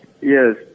Yes